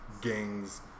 gangs